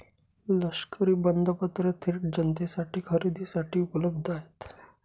लष्करी बंधपत्र थेट जनतेसाठी खरेदीसाठी उपलब्ध आहेत